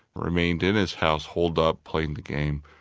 remained in his house, holed up playing the game,